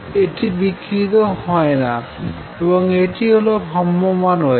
এটি বিকৃতি হয় না এবং এটি হল ভ্রাম্যমাণ ওয়েভ